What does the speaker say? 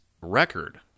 record